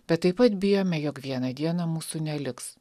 bet taip pat bijome jog vieną dieną mūsų neliks